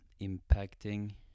impacting